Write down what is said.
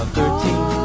Thirteen